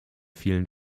vielen